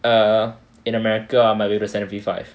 err in america I might be able to send a V five